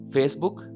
Facebook